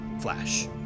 Flash